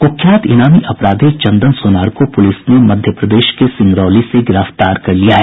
कुख्यात इनामी अपराधी चन्दन सोनार को पुलिस ने मध्यप्रदेश के सिंगरोली से गिरफ्तार कर लिया है